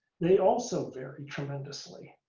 they also vary tremendously.